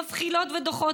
מבחילות ודוחות".